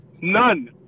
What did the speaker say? None